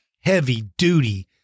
heavy-duty